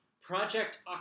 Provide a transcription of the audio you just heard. Project